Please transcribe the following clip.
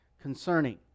concerning